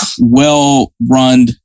well-run